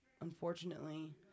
unfortunately